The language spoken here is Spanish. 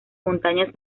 montañas